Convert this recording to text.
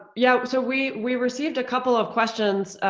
yeah, so we we received a couple of questions,